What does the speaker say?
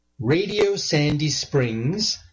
Radiosandysprings